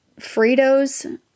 Fritos